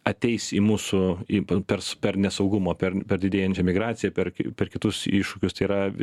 ateis į mūsų į pun pers per nesaugumo per per didėjančią migraciją per ki per kitus iššūkius tai yra